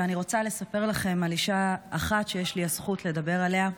ואני רוצה לספר לכם על אישה אחת שיש לי הזכות לדבר עליה,